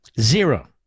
Zero